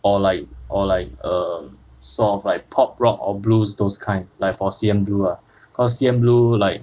or like or like um sort of like pop rock or blues those kind like for C_N blue lah cause C_N blue like